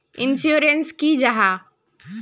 Insurance की जाहा?